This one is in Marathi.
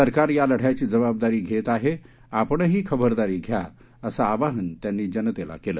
सरकार या लढ्याची जबाबदारी घेत आहे आपणही खबरदारी घ्या असं आवाहन त्यांनी जनतेला केलं